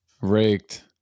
Raked